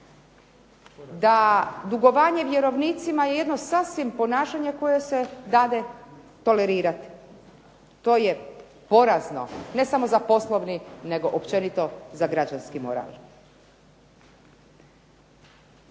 da dugovanje vjerovnicima je jedno sasvim ponašanje koje se dade tolerirati. To je porazno. Ne samo za poslovni, nego općenito za građanski moral.